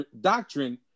doctrine